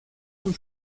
zum